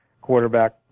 quarterback